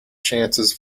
chances